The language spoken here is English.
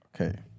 Okay